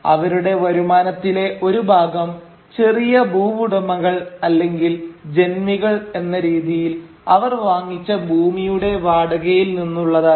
അവരുടെ വരുമാനത്തിലെ ഒരു ഭാഗം ചെറിയ ഭൂവുടമകൾ അല്ലെങ്കിൽ ജന്മികൾ എന്ന രീതിയിൽ അവർ വാങ്ങിച്ച ഭൂമിയുടെ വാടകയിൽ നിന്നുള്ളതായിരുന്നു